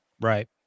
Right